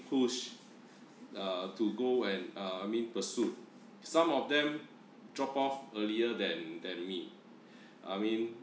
push uh to go and uh I mean pursuit some of them drop off earlier than than me I mean